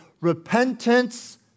repentance